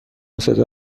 صدا